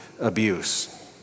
abuse